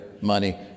money